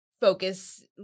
Focus